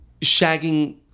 shagging